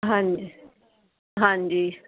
ਹਾਂਜੀ ਹਾਂਜੀ